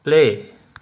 play